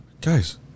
Guys